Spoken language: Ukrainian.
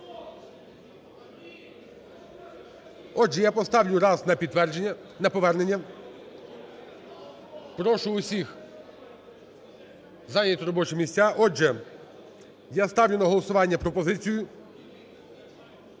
Отже, я поставлю раз на підтвердження… на повернення. Прошу усіх зайти робочі місця. Отже, я ставлю на голосування пропозицію